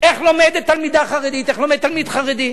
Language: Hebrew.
איך לומדת תלמידה חרדית, איך לומד תלמיד חרדי,